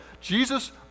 Jesus